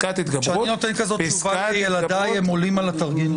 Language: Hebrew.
כשאני נותן כזו תשובה לילדיי הם עולים על הטורבינות.